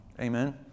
Amen